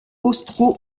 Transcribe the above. austro